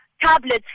tablets